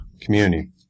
community